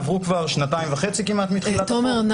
עברו כבר כמעט שנתיים וחצי מתחילת ה --- תומר,